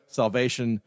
salvation